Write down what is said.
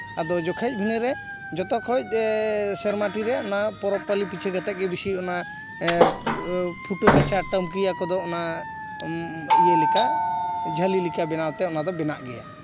ᱡᱚᱠᱷᱚᱡᱽ ᱤᱱᱟᱹ ᱨᱮ ᱡᱚᱛᱚᱠᱷᱚᱡ ᱥᱮᱨ ᱢᱟᱹᱴᱤᱨᱮ ᱚᱱᱟ ᱯᱚᱨᱚᱵᱽ ᱯᱟᱹᱞᱤ ᱯᱤᱪᱷᱟᱹ ᱠᱟᱛᱮ ᱜᱮ ᱵᱮᱥᱤ ᱚᱱᱟ ᱯᱷᱩᱴᱟᱹ ᱠᱟᱪᱷᱟ ᱴᱟᱢᱠᱤᱭᱟᱹ ᱠᱚᱫᱚ ᱚᱱᱟ ᱤᱭᱟᱹ ᱞᱮᱠᱟ ᱡᱷᱟᱹᱞᱤ ᱞᱮᱠᱟ ᱵᱮᱱᱟᱜ ᱛᱮ ᱚᱱᱟ ᱫᱚ ᱵᱮᱱᱟᱜ ᱜᱮᱭᱟ